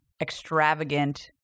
extravagant